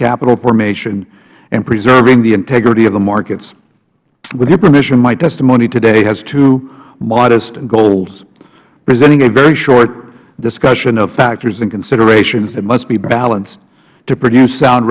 capital formation and preserving the integrity of the markets with your permission my testimony today has two modest goals presenting a very short discussion of factors in consideration that must be balanced to produce sound